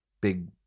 Big